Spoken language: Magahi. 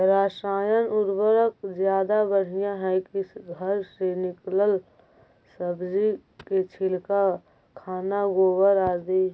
रासायन उर्वरक ज्यादा बढ़िया हैं कि घर से निकलल सब्जी के छिलका, खाना, गोबर, आदि?